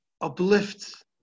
uplift